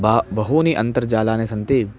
बह बहूनि अन्तर्जालानि सन्ति